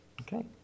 Okay